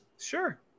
sure